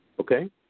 Okay